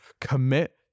commit